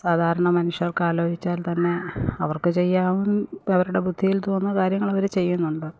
സാധാരണ മനുഷ്യർക്ക് ആലോചിച്ചാൽ തന്നെ അവർക്ക് ചെയ്യാവുന്ന ഇപ്പം അവരുടെ ബുദ്ധിയിൽ തോന്നുന്ന കാര്യങ്ങൾ അവര് ചെയ്യുന്നുണ്ട്